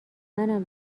منم